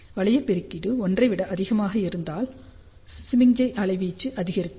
வளைய பெருக்கீடு 1 ஐ விட அதிகமாக இருந்ததால் சமிக்ஞை அலைவீச்சு அதிகரித்தது